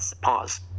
Pause